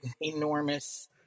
enormous